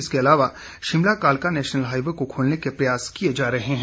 इसके अलावा शिमला कालका नेशनल हाईवे को खोलने के प्रयास किए जा रहे हैं